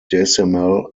decimal